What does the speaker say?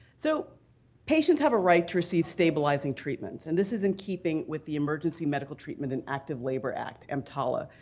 so patients have a right to receive stabilizing treatment, and this is in keeping with the emergency medical treatment and active labor act, mtala,